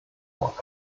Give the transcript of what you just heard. auch